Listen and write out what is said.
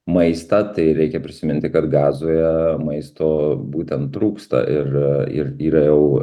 maistą tai reikia prisiminti kad gazoje maisto būtent trūksta ir ir yra jau